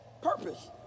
purpose